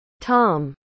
tom